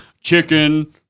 chicken